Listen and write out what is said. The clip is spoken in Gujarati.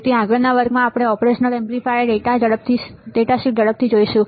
તેથી આગળના વર્ગમાં આપણે ઓપરેશનલ એમ્પ્લીફાયરની ડેટા શીટ ઝડપથી જોઈશું